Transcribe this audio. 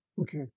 Okay